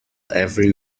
every